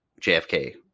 JFK